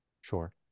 Sure